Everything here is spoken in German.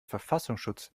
verfassungsschutz